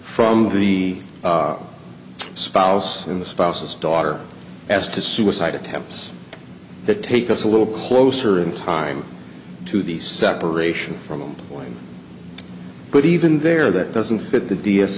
from the spouse in the spouses daughter as to suicide attempts that take us a little closer in time to the separation from one but even there that doesn't fit the d s